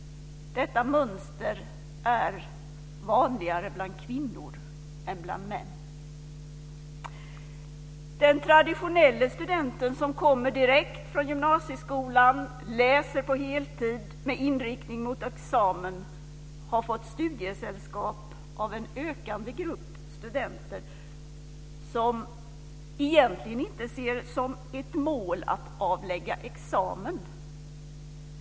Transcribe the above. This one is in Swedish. Detta mönster är vanligare bland kvinnor än bland män. Den traditionelle studenten, som kommer direkt från gymnasieskolan och läser på heltid med inriktning mot examen, har fått studiesällskap av en ökande grupp studenter som egentligen inte ser som ett mål att avlägga examen.